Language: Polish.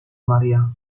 maria